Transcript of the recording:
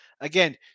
Again